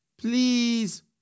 please